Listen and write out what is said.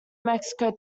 mexico